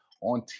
on